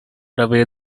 away